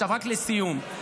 לסיום,